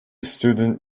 student